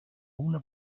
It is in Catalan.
una